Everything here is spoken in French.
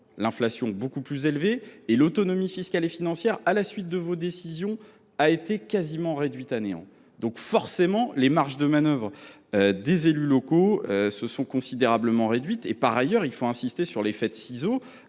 l’inflation est beaucoup plus élevée et l’autonomie fiscale et financière, à la suite de vos décisions, a été quasiment réduite à néant. Les marges de manœuvre des élus locaux se sont donc forcément considérablement réduites. Par ailleurs, il faut insister sur l’effet de ciseaux